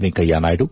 Venkaiah Naidu